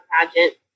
pageant